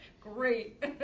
Great